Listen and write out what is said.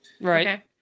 right